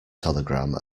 telegram